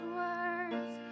words